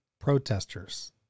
protesters